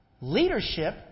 leadership